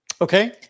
Okay